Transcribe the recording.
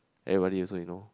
everybody also he know